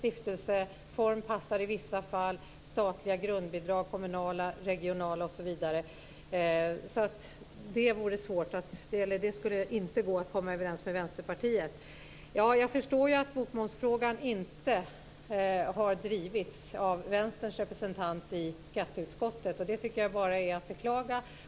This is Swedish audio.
Stiftelseform passar i vissa fall, i andra statliga grundbidrag eller kommunala, regionala osv. Här skulle det inte gå att komma överens med Vänsterpartiet. Jag förstår att bokmomsfrågan inte har drivits av Vänsterns representant i skatteutskottet, och det tycker jag är att beklaga.